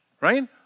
right